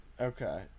Okay